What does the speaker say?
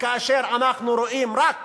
כאשר אנחנו רואים רק בולדוזרים.